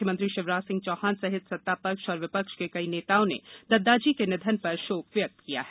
मुख्यमंत्री शिवराज सिंह चौहान सहित सत्ता पक्ष और विपक्ष के कई नेताओं ने दद्दाजी के निधन पर शोक व्यक्त किया है